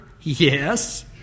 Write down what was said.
Yes